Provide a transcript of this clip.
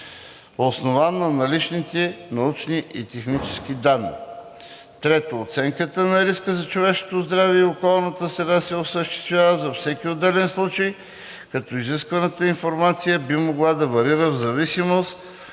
основан на наличните научни и технически данни; 3. Оценката на риска за човешкото здраве и околната среда се осъществява за всеки отделен случай, като изискваната информация би могла да варира в зависимост